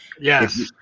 Yes